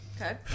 Okay